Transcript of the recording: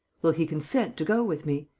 will he consent to go with me?